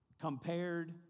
Compared